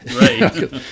Right